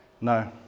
no